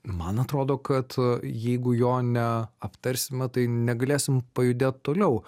man atrodo kad jeigu jo ne aptarsime tai negalėsim pajudėt toliau